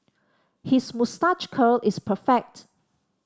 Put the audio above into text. his moustache curl is perfect